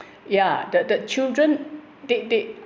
ya that that children they they